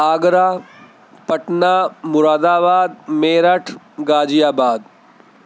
Agra Patna Moradabad Meerut غازی آباد